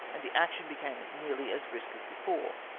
and the action became nearly as brisk as before.